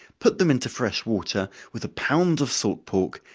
put them into fresh water, with a pound of salt pork,